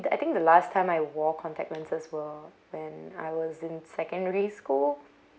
I think the last time I wore contact lenses were when I was in secondary school